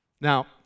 Now